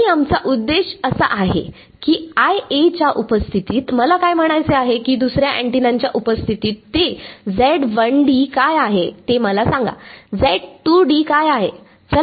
आणि आमचा उद्देश असा आहे की च्या उपस्थितीत मला काय म्हणायचे आहे की दुसर्या अँटेनाच्या उपस्थितीत ते काय आहे ते मला सांगा काय आहे